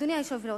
אדוני היושב-ראש,